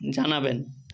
জানাবেন